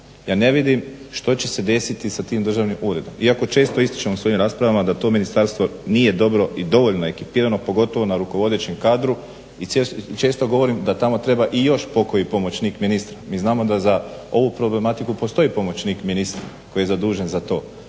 ja ne vidim što će se desiti sa tim državnim uredom iako često ističem u svojim raspravama da to ministarstvo nije dobro i dovoljno ekipirano pogotovo na rukovodećem kadru i često govorim da tamo treba i još pokoji pomoćnik ministra. Mi znamo da za ovu problematiku postoji pomoćnik ministra koji je zadužen za to,